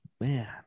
man